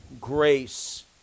grace